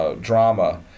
drama